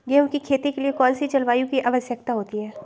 गेंहू की खेती के लिए कौन सी जलवायु की आवश्यकता होती है?